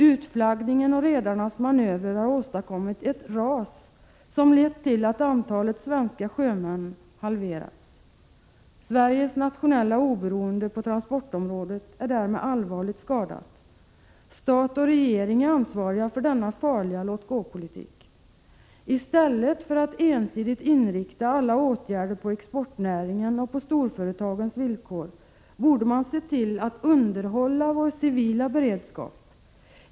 Utflaggningen och redarnas manövrer har åstadkommit ett ras som lett till att antalet svenska sjömän har halverats. Sveriges nationella oberoende på transportområdet är därmed allvarligt skadat. Stat och regering är ansvariga för denna farliga låt-gåpolitik. I stället för att ensidigt inrikta alla åtgärder på exportnäringen och på storföretagens villkor borde man sett till att underhålla vår civila beredskap.